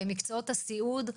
מקצועות הסיעוד,